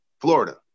Florida